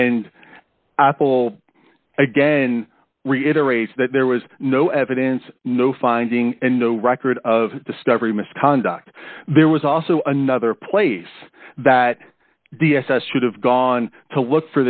and apple again reiterates that there was no evidence no finding and no record of discovery misconduct there was also another place that d s s should have gone to look